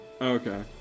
Okay